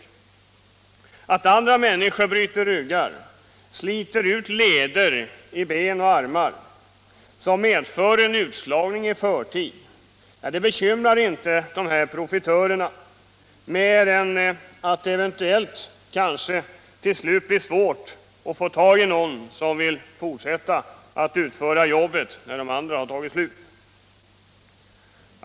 Att andra människor bryter ryggar eller sliter ut leder i ben och armar vilket medför en utslagning i förtid bekymrar inte dessa profitörer mer än att det till slut blir svårt att få tag på någon som vill fortsätta att utföra jobbet när de som nu gör det har tagit slut.